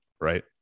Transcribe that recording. Right